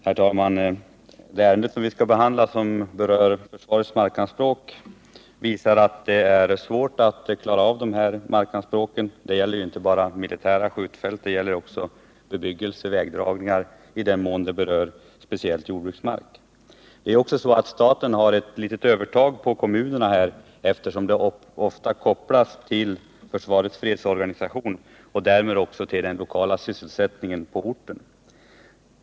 Herr talman! Det ärende som vi nu skall behandla och som rör försvarets markanspråk visar att det är svårt att klara av sådana frågor. De gäller ju inte bara militära skjutfält utan också bebyggelse och vägdragningar, och det blir då svåra ställningstaganden speciellt i den mån jordbruksmark är berörd. Det är också så att staten har ett litet övertag över kommunerna, eftersom dessa frågor ofta kopplas till försvarets fredsorganisation och därmed till sysselsättningen på orten.